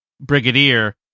brigadier